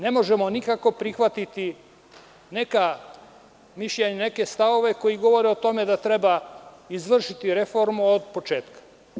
Ne možemo nikako prihvatiti neka mišljenja, neke stavove koji govore o tome da treba izvršiti reformu od početka.